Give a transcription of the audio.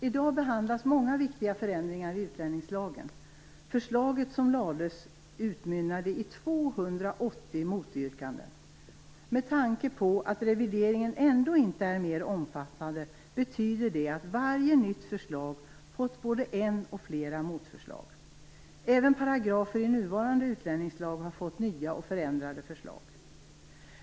I dag behandlas många viktiga förändringar i utlänningslagen. Det förslag som lades fram utmynnade i 280 motyrkanden. Med tanke på att revideringen ändå inte är mer omfattande, betyder det att varje nytt förslag fått både ett och flera motförslag. Även paragrafer i nuvarande utlänningslag har fått nya och förändrade förslag.